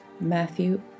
Matthew